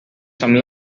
some